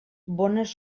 bones